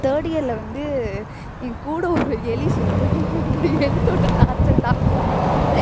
இப்போ தேர்ட் இயரில் வந்து எங்கூட ஒரு எலி சுற்றும் அந்த எலியோட டார்ச்சர் தாங்கமுடியல